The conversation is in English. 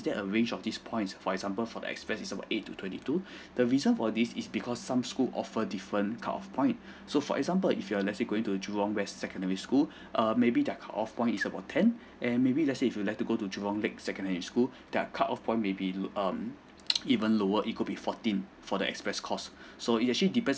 there a range of these points for example for the express is about eight to twenty two the reason for this is because some school offer different cut off point so for example if you're let's say going to jurong west secondary school err maybe their cut off points is about ten and maybe let's say if you'd like to go to jurong lake secondary school their cut off point maybe low~ um even lower it could be fourteen for the express course so it's actually depend